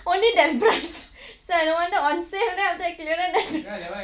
only that brush [sial] no wonder on sale then after that clearance